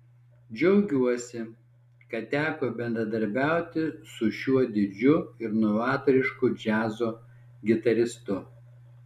džiaugiuosi kad teko bendradarbiauti su šiuo didžiu ir novatorišku džiazo gitaristu